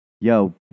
yo